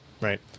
right